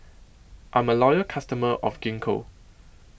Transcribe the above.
I'm A Loyal customer of Gingko